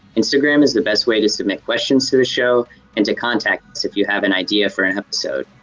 instagram is the best way to submit questions to the show and to contact us if you have an idea for an episode.